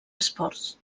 esports